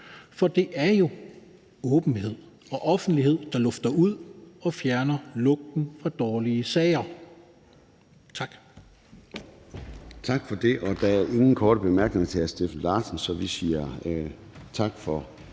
For det er jo åbenhed og offentlighed, der lufter ud og fjerner lugten fra dårlige sager. Tak.